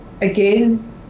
again